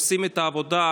עושים את העבודה,